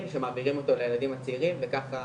שמעבירים אותו לילדים הצעירים וככה